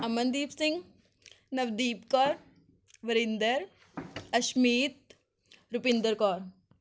Amandeep Singh Navdeep Kaur Varinder Ashmeet Rupinder Kaur